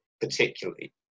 particularly